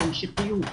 זה המשכיות.